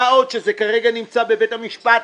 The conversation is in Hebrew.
מה עוד שזה כרגע נמצא בבית המשפט.